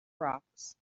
rocks